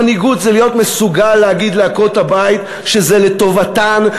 מנהיגות זה להיות מסוגל להגיד לעקרות-הבית שזה לטובתן,